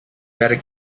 better